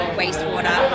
wastewater